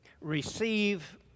receive